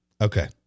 Okay